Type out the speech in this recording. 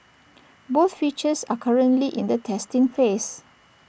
both features are currently in the testing phase